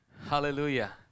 hallelujah